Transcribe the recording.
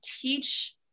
teach